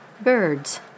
Birds